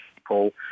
people